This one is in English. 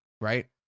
right